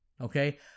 Okay